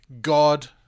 God